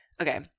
okay